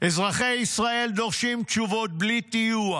"אזרחי ישראל דורשים תשובות בלי טיוח,